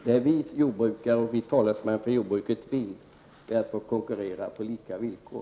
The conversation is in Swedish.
Det vi jordbrukare och talesmän för jordbruket vill är att få konkurrera på lika villkor.